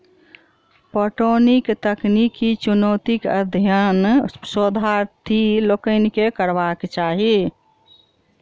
पटौनीक तकनीकी चुनौतीक अध्ययन शोधार्थी लोकनि के करबाक चाही